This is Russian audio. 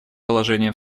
положение